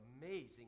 amazing